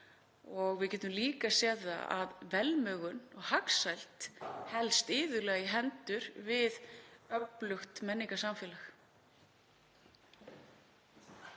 Við getum líka séð að velmegun og hagsæld helst iðulega í hendur við öflugt menningarsamfélag.